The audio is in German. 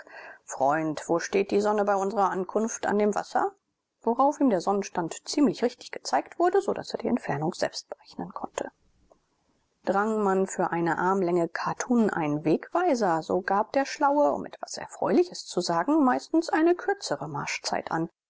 freund wo steht die sonne bei unserer ankunft an dem wasser worauf ihm der sonnenstand ziemlich richtig gezeigt wurde so daß er die entfernung selbst berechnen konnte dang man für eine armlänge kattun einen wegweiser so gab der schlaue um etwas erfreuliches zu sagen meistens eine kürzere marschzeit an